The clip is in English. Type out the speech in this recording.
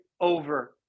over